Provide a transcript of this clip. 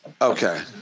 Okay